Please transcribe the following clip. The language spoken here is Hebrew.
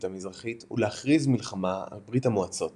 המזרחית ולהכריז מלחמה על ברית המועצות